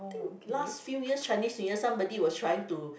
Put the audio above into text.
I think last few year Chinese New Year somebody was trying to